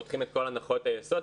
פותחים את כל הנחות היסוד.